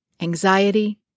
anxiety